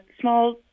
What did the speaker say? small